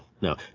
no